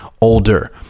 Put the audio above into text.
older